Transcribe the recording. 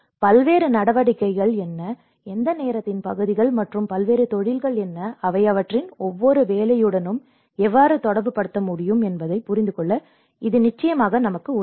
பல்வேறு நடவடிக்கைகள் என்ன எந்த நேரத்தின் பகுதிகள் மற்றும் பல்வேறு தொழில்கள் என்ன அவை அவற்றின் ஒவ்வொரு வேலையுடனும் எவ்வாறு தொடர்புபடுத்த முடியும் என்பதைப் புரிந்துகொள்ள இது நிச்சயமாக நமக்கு உதவும்